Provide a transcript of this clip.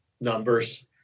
numbers